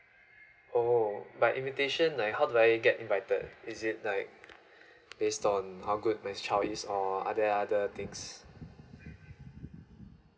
oh but invitation how do I get invited is it like based on how good my child is or are there other things